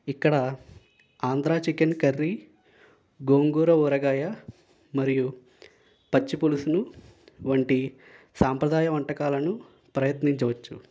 ఇక్కడ Andhra chicken curry గోంగూర ఊరగాయ మరియు పచ్చిపులుసును వంటి సాంప్రాదాయ వంటకాలను ప్రయత్నించవచ్చు